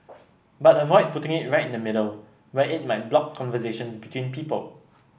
but avoid putting it right in the middle where it might block conversations between people